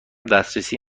دسترسی